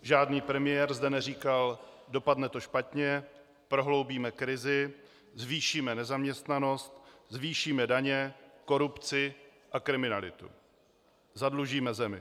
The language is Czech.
Žádný premiér zde neříkal: dopadne to špatně, prohloubíme krizi, zvýšíme nezaměstnanost, zvýšíme daně, korupci a kriminalitu, zadlužíme zemi.